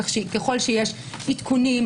ככל שיש עדכונים,